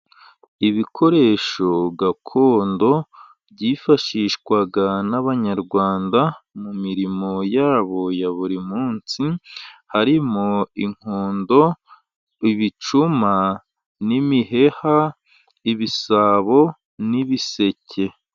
Ibikoresho gakondo byifashishwaga n'abanyarwanda mu mirimo yabo ya buri munsi harimo: inkondo, ibicuma n'imiheha, ibisabo n'ibiseke.